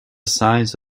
size